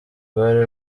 rwari